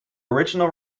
original